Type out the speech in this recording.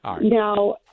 now